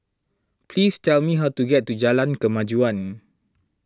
please tell me how to get to Jalan Kemajuan